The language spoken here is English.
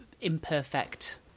imperfect